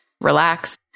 relax